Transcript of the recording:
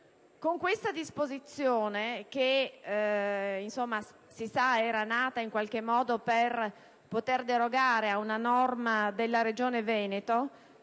Con questa disposizione, che - si sa - era nata per poter derogare a una norma della Regione Veneto,